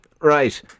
Right